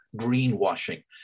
greenwashing